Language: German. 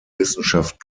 wissenschaft